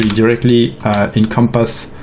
directly in compass